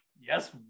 yes